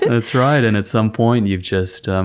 that's right. and at some point, you've just,